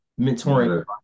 mentoring